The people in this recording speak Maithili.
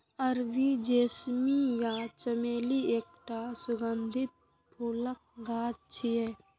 अरबी जैस्मीन या चमेली एकटा सुगंधित फूलक गाछ छियै